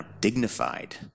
dignified